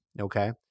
okay